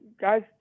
guys